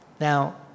Now